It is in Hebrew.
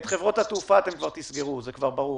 את חברות התעופה אתם כבר תסגרו, זה ברור.